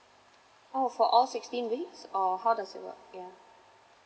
oh for all sixteen weeks or how does it work yeah